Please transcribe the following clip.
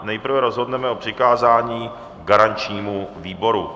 Nejprve rozhodneme o přikázání garančnímu výboru.